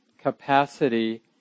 capacity